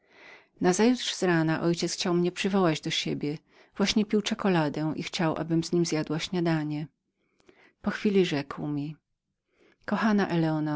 nazajutrz z rana mój ojciec kazał mnie przywołać do słebiesiebie właśnie pił czekuladę i chciał abym z nim śniadała po chwili rzekł mi kochana eleonoro